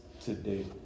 today